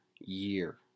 year